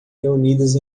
reunidas